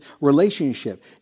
relationship